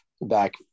back